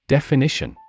Definition